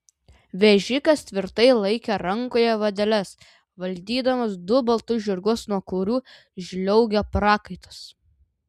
vežikas tvirtai laikė rankoje vadeles valdydamas du baltus žirgus nuo kurių žliaugė prakaitas